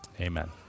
Amen